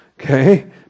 Okay